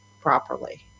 properly